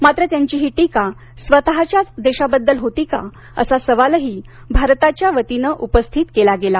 मात्र त्यांची ही टीका स्वतःच्याच देशाबद्दल होती का असा सवालही भारताच्या वतीनं उपस्थित केला गेला